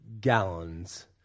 gallons